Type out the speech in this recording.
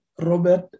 Robert